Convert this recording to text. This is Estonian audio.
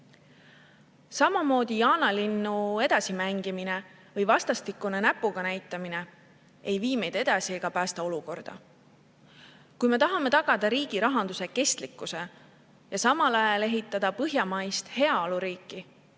jaanalinnu mängimine või vastastikune näpuga näitamine ei vii meid edasi ega päästa olukorda. Kui me tahame tagada riigi rahanduse kestlikkuse ja samal ajal ehitada põhjamaist heaoluriiki,